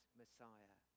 Messiah